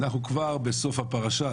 אנחנו כבר בסוף הפרשה,